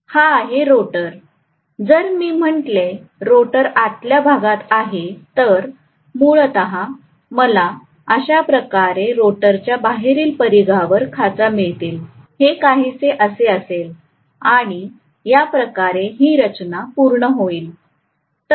हा आहे रोटर जर मी म्हटले रोटर आतल्या भागात आहे तर मूलतः मला अशाप्रकारे रोटरच्या बाहेरील परिघावर खाचा मिळतील हे काहीसे असे असेल आणि या प्रकारे ही रचना पूर्ण होईल